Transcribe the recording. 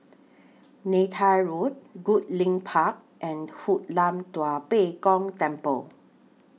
Neythai Road Goodlink Park and Hoon Lam Tua Pek Kong Temple